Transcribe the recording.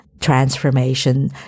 transformation